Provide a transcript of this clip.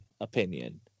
opinion